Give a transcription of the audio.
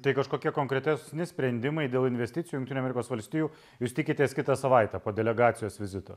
tai kažkokia konkretesni sprendimai dėl investicijų jungtinių amerikos valstijų jūs tikitės kitą savaitę po delegacijos vizito